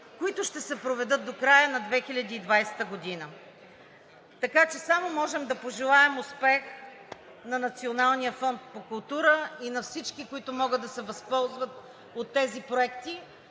които ще се проведат до края на 2021 г. Затова само можем да пожелаем успех на Национален фонд „Култура“ и на всички, които могат да се възползват от тези проекти.